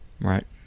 Right